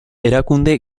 erakunde